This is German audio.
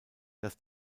dass